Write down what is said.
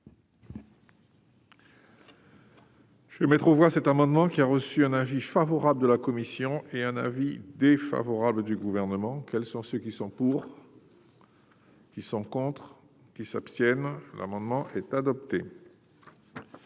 J'trouvera cet amendement qui a reçu un avis favorable de la commission et un avis défavorable du gouvernement. Quels sont ceux qui sont pour. Qui sont contre, qui s'abstiennent, l'amendement est adopté